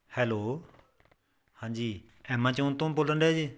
hello ਹਾਂਜੀ Amazon ਤੋਂ ਬੋਲਣ ਡੇਆਂ ਜੇ